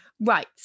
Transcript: Right